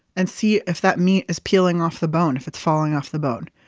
and see if that meat is peeling off the bone, if it's falling off the bone.